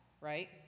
right